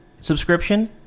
subscription